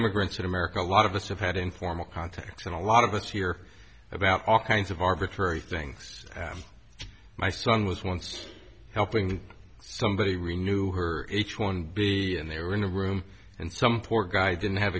immigrants in america a lot of us have had informal contacts and a lot of us hear about all kinds of arbitrary things my son was once helping somebody renew her h one b and they were in a room and some poor guy didn't have